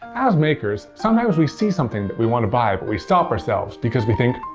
as makers, sometimes we see something that we wanna buy, but we stop ourselves because we think,